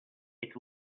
its